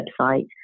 website